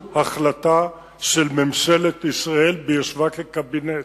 בוועדת החוקה.